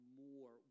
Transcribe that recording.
more